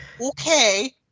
Okay